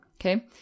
okay